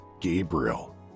Gabriel